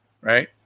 right